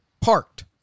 Parked